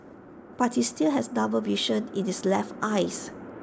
but he still has double vision in his left eye